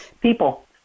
People